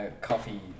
coffee